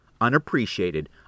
unappreciated